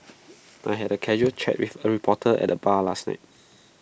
I had A casual chat with A reporter at the bar last night